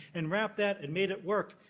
and wrap that, and made it work.